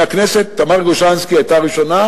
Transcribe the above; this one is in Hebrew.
תמר גוז'נסקי היתה הראשונה,